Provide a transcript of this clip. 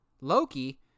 Loki